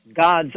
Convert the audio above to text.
God's